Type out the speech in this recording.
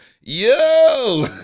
yo